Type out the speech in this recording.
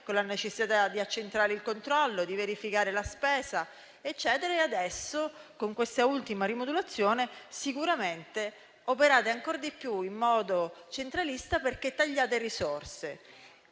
con la necessità di accentrare il controllo, di verificare la spesa, eccetera e adesso, con queste ultime rimodulazioni, sicuramente operate ancor di più in modo centralista, perché tagliate le risorse.